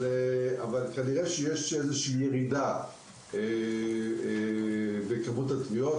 אבל כנראה שיש איזושהי ירידה בכמות הטביעות,